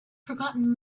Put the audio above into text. forgotten